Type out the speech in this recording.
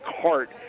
cart